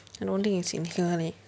I don't think it's in here leh